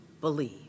believe